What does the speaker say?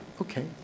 okay